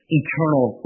eternal